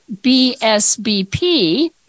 BSBP